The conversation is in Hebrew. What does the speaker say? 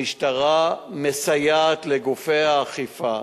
המשטרה מסייעת לגופי האכיפה,